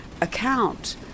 account